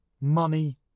money